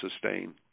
sustain